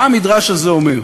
מה המדרש הזה אומר?